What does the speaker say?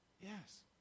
Yes